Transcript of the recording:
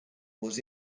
was